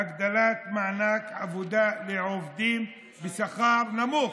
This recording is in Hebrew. הגדלת מענק עבודה לעובדים בשכר נמוך,